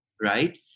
right